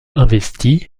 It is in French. investi